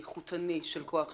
איכותני של כוח שוק,